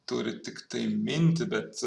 turi tiktai mintį bet